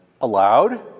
allowed